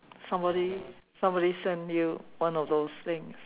somebody somebody send you one of those things